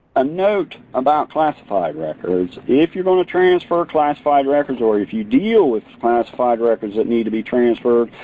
a note about classified records, if you're going to transfer classified records or if you deal with classified records that need to be transferred,